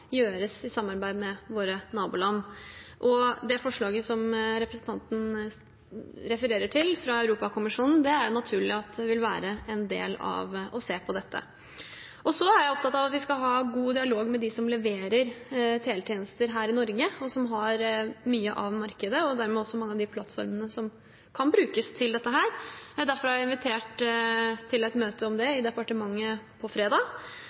gjøres i samarbeid med våre naboland. Forslaget fra Europakommisjonen, som representanten refererer til, vil det være naturlig å se på. Jeg er opptatt av å ha god dialog med dem som leverer teletjenester her i Norge, og som har mye av markedet, og dermed også mange av de plattformene som kan brukes til dette. Derfor har jeg invitert til et møte om dette i departementet på fredag.